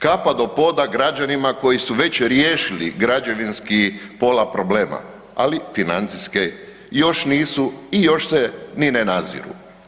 Kapa do poda građanima koji su već riješili građevinski pola problema, ali financijske još nisu i još se ni ne naziru.